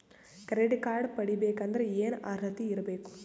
Credit card ಪಡಿಬೇಕಂದರ ಏನ ಅರ್ಹತಿ ಇರಬೇಕು?